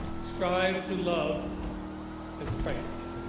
strive to love as christ did.